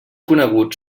conegut